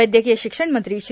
वैद्यकीय शिक्षणमंत्री श्री